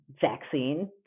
vaccine